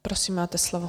Prosím, máte slovo.